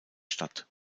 statt